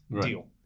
deal